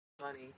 funny